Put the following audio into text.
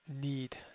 need